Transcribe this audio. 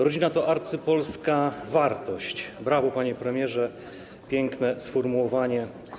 Rodzina to arcypolska wartość - brawo, panie premierze, piękne sformułowanie.